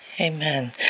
Amen